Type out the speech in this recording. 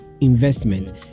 investment